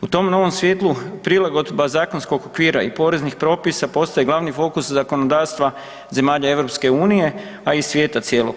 U tom novom svjetlu prilagodba zakonskog okvira i poreznih propisa postaje glavni fokus zakonodavstva zemalja EU, a i svijeta cijelog.